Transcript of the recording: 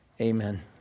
Amen